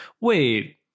Wait